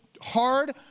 hard